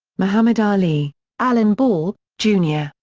muhammad ali alan ball, jr.